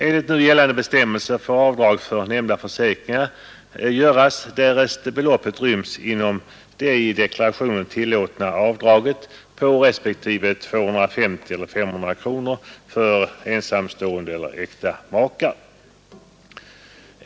Enligt nu gällande bestämmelser får avdrag göras för nämnda försäkringar därest beloppet ryms inom det i deklarationen tillåtna avdraget på 250 respektive 500 kronor för ensamstående eller äkta makar.